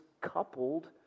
coupled